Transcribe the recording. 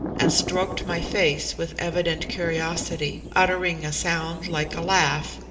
and stroked my face with evident curiosity, uttering a sound like a laugh,